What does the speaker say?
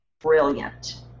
Brilliant